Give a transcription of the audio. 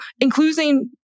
including